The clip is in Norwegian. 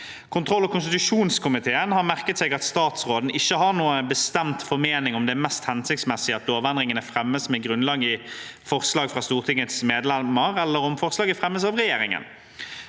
Kontroll- og konstitusjonskomiteen har merket seg at statsråden ikke har noen bestemt formening om det er mest hensiktsmessig at lovendringene fremmes med grunnlag i forslag fra Stortingets medlemmer, eller om forslaget fremmes av regjeringen.